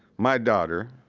my daughter